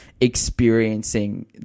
experiencing